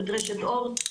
את רשת אורט,